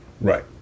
Right